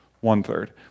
one-third